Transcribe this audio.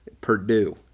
Purdue